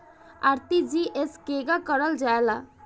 RTGS केगा करलऽ जाला?